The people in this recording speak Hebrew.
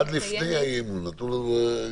עד לפני הצבעות באי-אמון.